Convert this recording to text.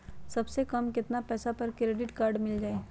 सबसे कम कतना पैसा पर क्रेडिट काड मिल जाई?